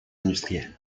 industriels